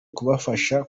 kubafasha